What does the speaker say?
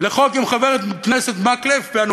לחוק של חבר הכנסת מקלב ושלי.